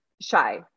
shy